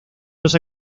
los